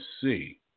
see